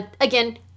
Again